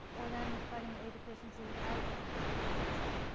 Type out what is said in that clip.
or then vitamin a deficiency without vitamin d deficiency.